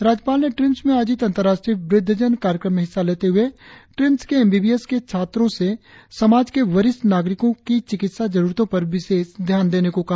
राज्यपाल ने ट्रीम्स में आयोजित अंतर्राष्ट्रीय वृद्धजन कार्यक्रम में हिस्सा लेते हुए ट्रीम्स के एमबीबीएस के छात्रों से समाज के वरिष्ठ नागरिकों की चिकित्सा जरूरतों पर विशेष ध्यान देने को कहा